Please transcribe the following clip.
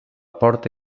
porta